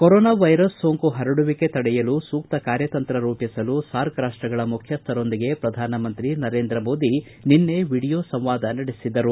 corona virus ಸೋಂಕು ಪರಡುವಿಕೆ ತಡೆಯಲು ಸೂಕ್ತ ಕಾರ್ಯತಂತ್ರ ರೂಪಿಸಲು ಸಾರ್ಕ್ ರಾಷ್ಷಗಳ ಮುಖ್ಯಸ್ಥರೊಂದಿಗೆ ಪ್ರಧಾನಮಂತ್ರಿ ನರೇಂದ್ರ ಮೋದಿ ನಿನ್ನೆ ವಿಡಿಯೊ ಸಂವಾದ ನಡೆಸಿದರು